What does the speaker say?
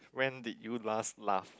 when did you last laugh